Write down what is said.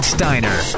Steiner